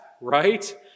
right